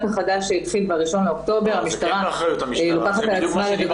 החדש שהתחיל ב-1.10 המשטרה לוקחת את זה על עצמה.